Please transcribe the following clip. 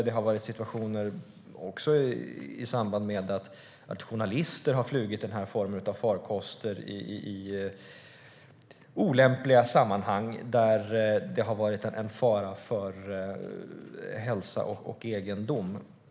Journalister har också flugit den här formen av farkoster i olämpliga sammanhang där det har varit fara för hälsa och egendom.